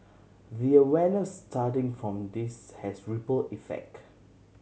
the awareness starting from this has ripple effect